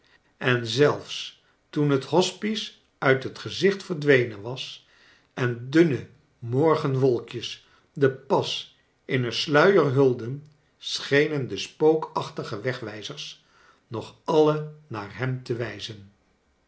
en zelfs toen het hospice uit het gezicht verdwenen was en dunne morganwolkjes den pas in een sluier hulden schenen de spookachtige wegwijzers nog alle naar hem te wijzen